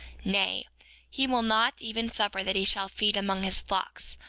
nay he will not even suffer that he shall feed among his flocks,